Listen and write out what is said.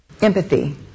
Empathy